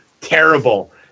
terrible